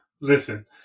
Listen